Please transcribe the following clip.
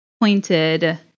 pointed